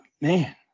man